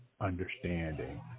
understanding